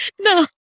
no